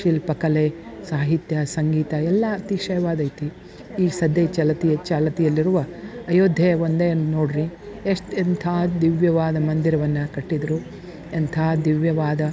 ಶಿಲ್ಪಕಲೆ ಸಾಹಿತ್ಯ ಸಂಗೀತ ಎಲ್ಲ ಅತಿಶಯವಾದೈತಿ ಈ ಸಧ್ಯ ಚಲತಿಯ ಚಾಲತಿಯಲ್ಲಿರುವ ಅಯೋಧ್ಯೆ ಒಂದೇ ನೋಡಿರಿ ಎಷ್ಟು ಎಂಥಾದ್ದು ದಿವ್ಯವಾದ ಮಂದಿರವನ್ನು ಕಟ್ಟಿದರು ಎಂಥ ದಿವ್ಯವಾದ